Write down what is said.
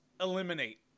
eliminate